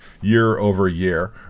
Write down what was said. year-over-year